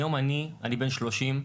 היום אני בן 30,